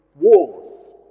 wars